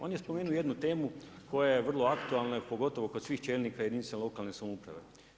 On je spomenuo jednu temu koja je vrlo aktualna pogotovo kod svih čelnika jedinica lokalne samouprave.